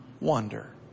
wonder